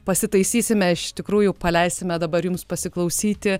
pasitaisysime iš tikrųjų paleisime dabar jums pasiklausyti